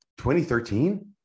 2013